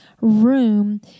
room